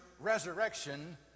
resurrection